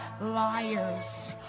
liars